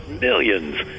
millions